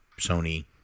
Sony